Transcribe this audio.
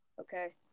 Okay